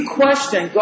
question